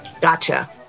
Gotcha